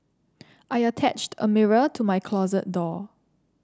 I attached a mirror to my closet door